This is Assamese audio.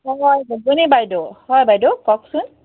বাইদেউ হয় বাইদেউ কওকচোন